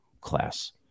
class